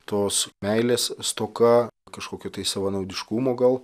tos meilės stoka kažkokio tai savanaudiškumo gal